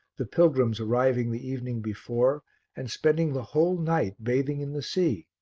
the pilgrims arriving the evening before and spending the whole night bathing in the sea,